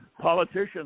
politicians